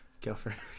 girlfriend